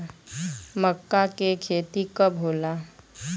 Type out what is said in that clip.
मक्का के खेती कब होला?